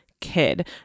kid